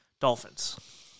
Dolphins